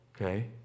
Okay